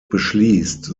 beschließt